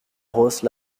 rosse